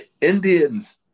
Indians